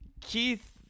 Keith